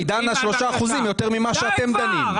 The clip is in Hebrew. אם היה רצון לפתור את הבעיה